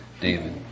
David